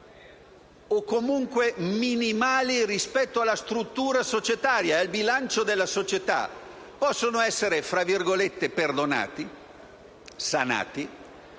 o, comunque, minimali rispetto alla struttura societaria, al bilancio della società possono essere - per così dire - perdonati, sanati,